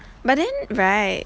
but then right